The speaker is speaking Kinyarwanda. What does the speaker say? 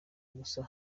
gusa